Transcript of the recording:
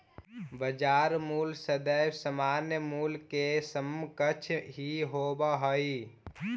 बाजार मूल्य सदैव सामान्य मूल्य के समकक्ष ही होवऽ हइ